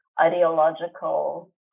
ideological